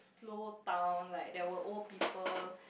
slow town like there were old people